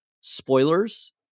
spoilers